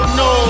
no